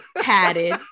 padded